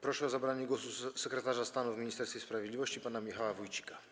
Proszę o zabranie głosu sekretarza stanu w Ministerstwie Sprawiedliwości pana Michała Wójcika.